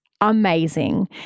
amazing